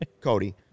Cody